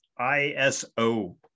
ISO